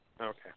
Okay